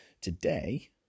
Today